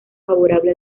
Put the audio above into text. favorable